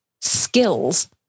skills